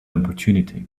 opportunity